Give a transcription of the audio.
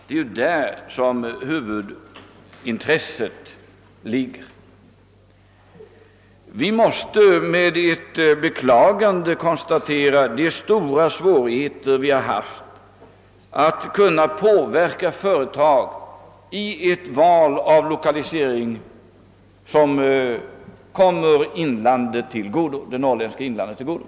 Det är där huvudintresset ligger. Vi måste med beklagande konstatera de stora svårigheter vi haft att påverka företag i de val av lokalisering som kommer det norrländska inlandet till godo.